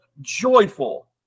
joyful